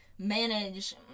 manage